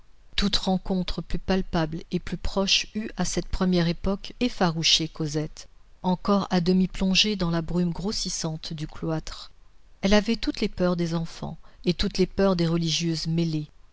toute rencontre plus palpable et plus proche eût à cette première époque effarouché cosette encore à demi plongée dans la brume grossissante du cloître elle avait toutes les peurs des enfants et toutes les peurs des religieuses mêlées